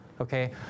Okay